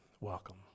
welcome